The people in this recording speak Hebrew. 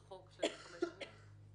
החוק של החמש שנים?